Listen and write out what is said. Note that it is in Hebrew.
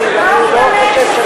ואני לא חושב,